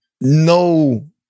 no